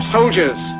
Soldiers